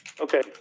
Okay